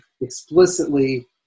explicitly